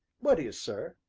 what is, sir?